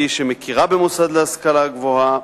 היא שמכירה במוסד להשכלה גבוהה,